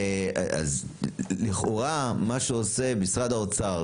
אז לכאורה מה שעושה משרד האוצר,